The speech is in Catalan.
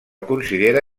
considera